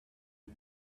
you